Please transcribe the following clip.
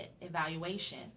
evaluation